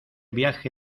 viaje